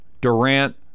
Durant